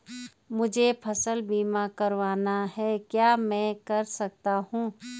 मुझे फसल बीमा करवाना है क्या मैं कर सकता हूँ?